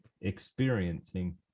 experiencing